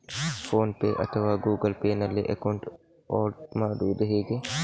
Phone pay ಅಥವಾ Google Pay ನಲ್ಲಿ account add ಮಾಡುವುದು ಹೇಗೆ?